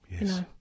Yes